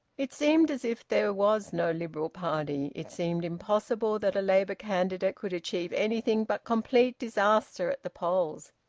it seemed as if there was no liberal party. it seemed impossible that a labour candidate could achieve anything but complete disaster at the polls.